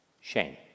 shame